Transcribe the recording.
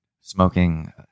smoking